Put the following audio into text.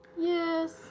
Yes